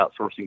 outsourcing